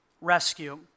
Rescue